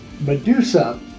Medusa